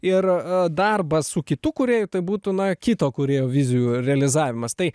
ir darbas su kitu kūrėju tai būtų na kito kūrėjo vizijų realizavimas tai